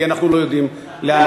כי אנחנו לא יודעים לאן,